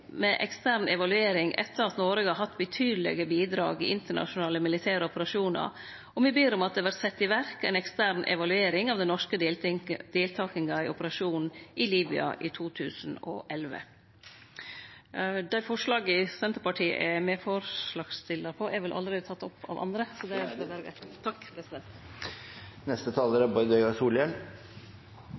med ekstern evaluering etter at Noreg har hatt betydelege bidrag i internasjonale militære operasjonar, og me ber om at det vert sett i verk ei ekstern evaluering av den norske deltakinga i operasjonen i Libya i 2011. Dei forslaga som Senterpartiet er med på å fremje, er vel allereie tatt opp av andre? Det er